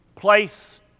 Place